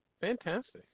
Fantastic